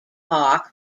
hoc